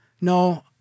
no